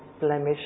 blemish